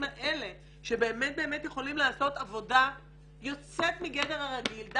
האלה שבאמת באמת יכולים לעשות עבודה יוצאת מגדר הרגיל,